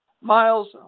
Miles